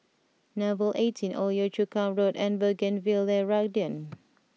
Nouvel Eighteen Old Yio Chu Kang Road and Bougainvillea Garden